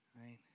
right